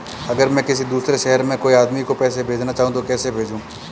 अगर मैं किसी दूसरे शहर में कोई आदमी को पैसे भेजना चाहूँ तो कैसे भेजूँ?